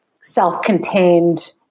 self-contained